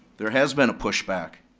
there has been a pushback.